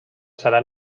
serà